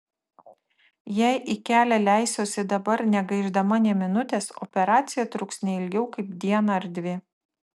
jei į kelią leisiuosi dabar negaišdama nė minutės operacija truks ne ilgiau kaip dieną ar dvi